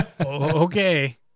Okay